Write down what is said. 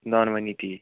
دۅنوٕنی تی